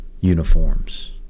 uniforms